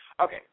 Okay